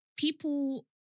People